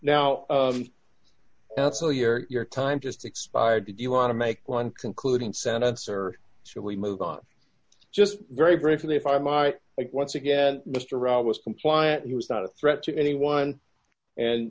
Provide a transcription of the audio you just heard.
ethel your time just expired did you want to make one concluding sentence or should we move on just very briefly if i might once again mr rob was compliant he was not a threat to anyone and